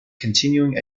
continuing